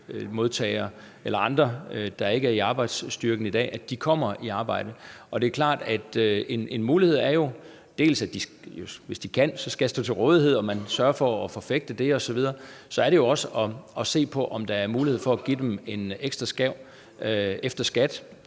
eller andre, der ikke er i arbejdsstyrken i dag, kommer i arbejde. Og det er klart, at en mulighed jo dels er, at de skal stå til rådighed, hvis de kan, og at man sørger for at forfægte det osv., og så er det jo også at se på, om der er mulighed for at give dem en ekstra skærv efter skat,